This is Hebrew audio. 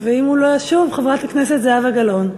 ואם הוא לא ישוב, חברת הכנסת זהבה גלאון.